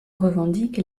revendiquent